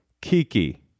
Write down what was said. Kiki